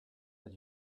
that